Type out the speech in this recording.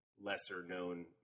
lesser-known